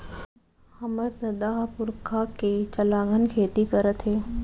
हमर ददा ह पुरखा के चलाघन खेती करत हे